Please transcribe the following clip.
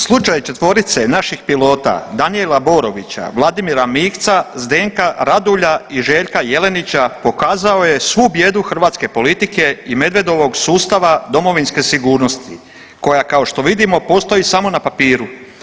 Slučaj četvorice naših pilota, Danijela Borovića, Vladimira Mikca, Zdenka Radulja i Željka Jelenića pokazao je svu bijedu hrvatske politike i Medvedovog sustava domovinske sigurnosti koja, kao što vidimo, postoji samo na papiru.